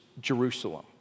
Jerusalem